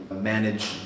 manage